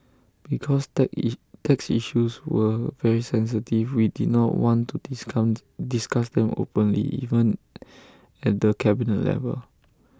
because tax tax issues were very sensitive we did not want to discount discuss them openly even at the cabinet level